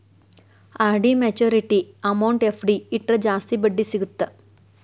RD maturity amount FD ಇಟ್ರ ಜಾಸ್ತಿ ಬಡ್ಡಿ ಸಿಗತ್ತಾ